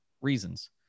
Reasons